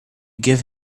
give